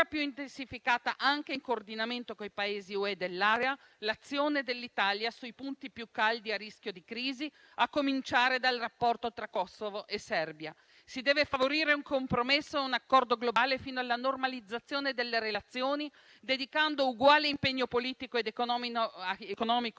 più intensificata - anche in coordinamento con i Paesi UE dell'area - l'azione dell'Italia sui punti più caldi a rischio di crisi, a cominciare dal rapporto tra Kosovo e Serbia. Si deve favorire un compromesso a un accordo globale fino alla normalizzazione delle relazioni, dedicando uguale impegno politico ed economico alla